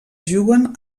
juguen